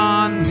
on